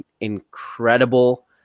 incredible